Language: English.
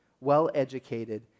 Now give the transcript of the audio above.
well-educated